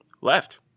left